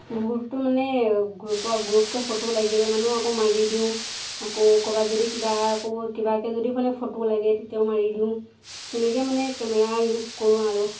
গ্ৰুপটো মানে গ্ৰুপৰ গ্ৰুপকৈ ফটো লাগিলে মানে আকৌ মাৰি দিওঁ আকৌ ক'ৰবাত যদি কিবা আকৌ কিবাকৈ যদি মানে ফটো লাগে তেতিয়াও মাৰি দিওঁ তেনেকৈ মানে কেমেৰা ইউজ কৰোঁ আৰু